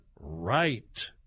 right